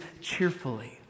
cheerfully